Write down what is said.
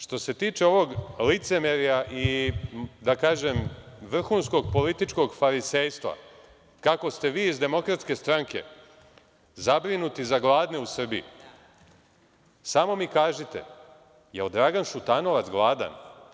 Što se tiče ovog licemerja, i da kažem vrhunskog političkog farisejstva, kako ste vi iz DS zabrinuti za gladne u Srbiji, samo mi kažite, da li je Dragan Šutanovac gladan?